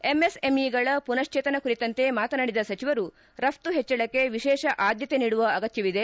MSME ಮನಶ್ವೇತನ ಕುರಿತಂತೆ ಮಾತನಾಡಿದ ಸಚಿವರು ರಫ್ತು ಹೆಚ್ಚಳಕ್ಕೆ ವಿಶೇಷ ಆದ್ಯತೆ ನೀಡುವ ಅಗತ್ಯವಿದೆ